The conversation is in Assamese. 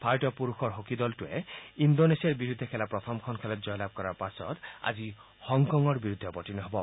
ভাৰতীয় পুৰুষৰ হকী দলটোৱে ইণ্ডোনেছিয়াৰ বিৰুদ্ধে খেলা প্ৰথমখন খেলত জয়লাভ কৰাৰ পাছত আজি হংকঙৰ বিৰুদ্ধে অৱতীৰ্ণ হ'ব